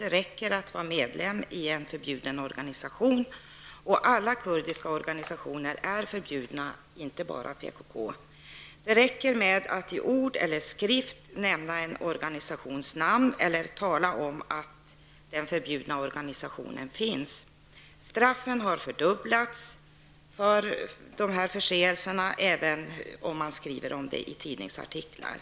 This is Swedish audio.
Det räcker med att vara medlem i en förbjuden organisation. Alla kurdiska organisationer är förbjudna, inte bara PKK. Det är tillräckligt att i ord eller skrift nämna en organisations namn eller en förbjuden organisations existens. Strafftiderna har fördubblats för dessa förseelser, även för omnämnande i tidningsartiklar.